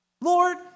Lord